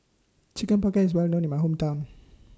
Chicken Pocket IS Well known in My Hometown